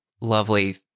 lovely